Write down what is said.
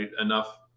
enough